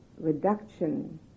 reduction